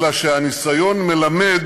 אלא שהניסיון מלמד